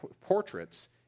portraits